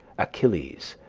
achilles,